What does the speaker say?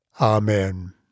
Amen